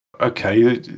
Okay